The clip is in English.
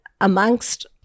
amongst